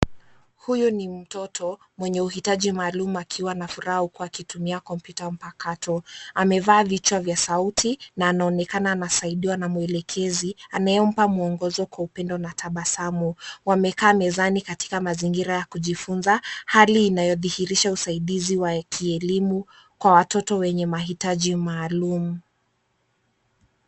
Huyu ni mtoto mwenye uhitaji maalum akiwa na furaha huku akitumia kompyuta mpakato. Amevaa vichwa vya sauti na anaonekana anasaidiwa na mwelekezi anayempaa mwongozo kwa upendo na tabasamu. Wamekaa mezani katika mazingira ya kujifunza, hali inayodhihirisha usaidizi wa kielimu kwa watoto wenye mahitaji maalum.